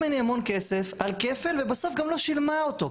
ממני המון כסף על כפל ובסוף גם לא שילמה אותו,